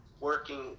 working